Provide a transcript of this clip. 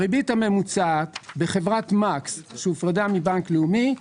הריבית הממוצעת בחברת מקס שהופרדה מבנק לאומי,